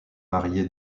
marié